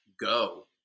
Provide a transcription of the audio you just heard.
go